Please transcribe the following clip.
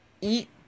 Eat